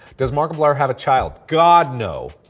does markiplier have a child? god no!